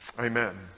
amen